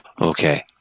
Okay